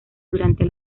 durante